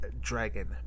Dragon